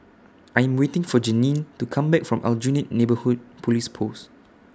I Am waiting For Janene to Come Back from Aljunied Neighbourhood Police Post